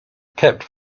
kept